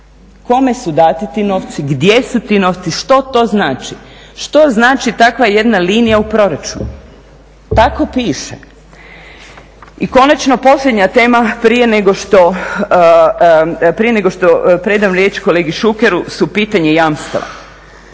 Kome su dati ti novci, gdje su ti novci, što to znači? Što znači takva jedna linija u proračunu. Tako piše. I konačno, posljednja tema prije nego što predam riječ kolegi Šukeru su pitanje jamstava.